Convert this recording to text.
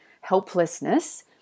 helplessness